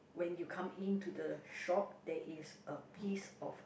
when you come in to the shop there is a piece of